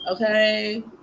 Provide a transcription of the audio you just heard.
Okay